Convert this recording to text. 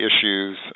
issues